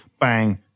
bang